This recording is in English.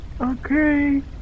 okay